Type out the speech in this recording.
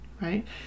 right